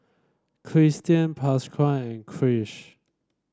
Kristian Pasquale and Krish